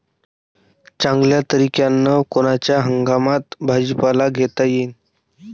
चांगल्या तरीक्यानं कोनच्या हंगामात भाजीपाला घेता येईन?